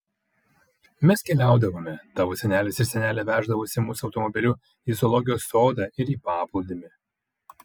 mes keliaudavome tavo senelis ir senelė veždavosi mus automobiliu į zoologijos sodą ir į paplūdimį